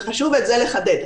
וחשוב את זה לחדד.